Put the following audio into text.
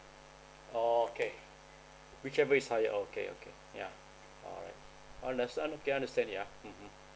okay whichever is higher okay okay yeah alright under~ okay understand yeah mmhmm